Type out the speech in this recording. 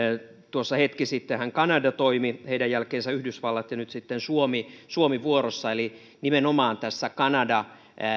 tuossa hetki sittenhän kanada toimi heidän jälkeensä yhdysvallat ja nyt sitten on suomi vuorossa eli nimenomaan tässä kanada